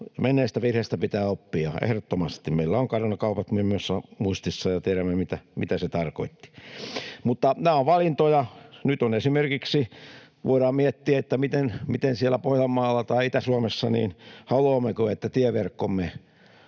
menneistä virheistä pitää oppia, ehdottomasti. Meillä on muun muassa Caruna-kaupat muistissa, ja tiedämme, mitä se tarkoitti. Mutta nämä ovat valintoja. Nyt esimerkiksi voidaan miettiä, että miten siellä Pohjanmaalla tai Itä-Suomessa — haluammeko, että tieverkkomme